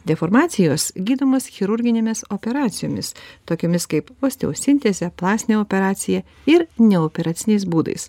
deformacijos gydomos chirurginėmis operacijomis tokiomis kaip osteosintezė plastinė operacija ir neoperaciniais būdais